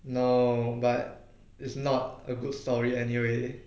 no but it's not a good story anyway